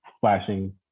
flashing